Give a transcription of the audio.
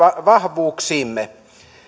vahvuuksiimme